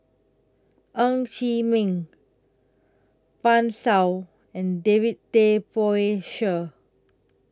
Ng Chee Meng Pan Shou and David Tay Poey Cher